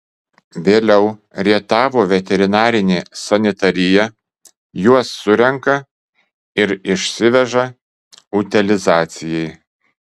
vėliau rietavo veterinarinė sanitarija juos surenka ir išsiveža utilizacijai